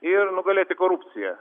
ir nugalėti korupciją